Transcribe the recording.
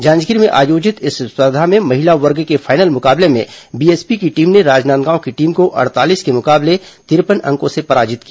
जांजगीर में आयोजित इस स्पर्धा में महिला वर्ग के फाइनल मुकाबले में बीएसपी की टीम ने राजनांदगांव की टीम को अड़तालीस के मुकाबले तिरपन अंकों से पराजित किया